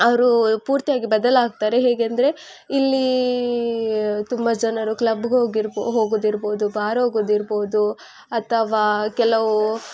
ಅವರು ಪೂರ್ತಿಯಾಗಿ ಬದಲಾಗ್ತಾರೆ ಹೇಗೇಂದರೆ ಇಲ್ಲಿ ತುಂಬ ಜನರು ಕ್ಲಬ್ಗೆ ಹೋಗಿರ್ಬೋ ಹೋಗೋದಿರ್ಬೋದು ಬಾರ್ ಹೋಗೋದಿರ್ಬೋದು ಅಥವಾ ಕೆಲವು